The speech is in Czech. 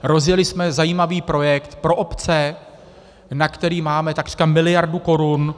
Rozjeli jsme zajímavý projekt pro obce, na který máme takřka miliardu korun.